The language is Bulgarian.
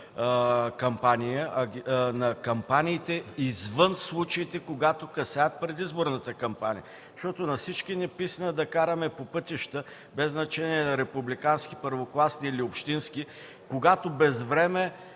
на кампаниите извън случаите, когато касаят предизборната кампания. На всички ни писна да караме по пътища, без значение – републикански, първокласни или общински, когато без време